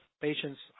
patients